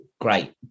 great